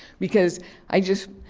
because i just,